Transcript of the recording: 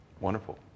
Wonderful